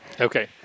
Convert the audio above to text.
okay